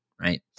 right